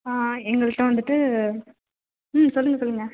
ஆ ஆ எங்கள்கிட்ட வந்துவிட்டு ம் சொல்லுங்கள் சொல்லுங்கள்